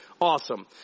awesome